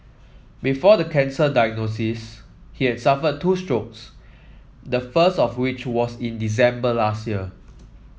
before the cancer diagnosis he had suffered two strokes the first of which was in December last year